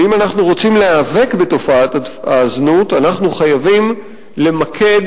ואם אנחנו רוצים להיאבק בתופעת הזנות אנחנו חייבים למקד